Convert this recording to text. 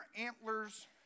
antlers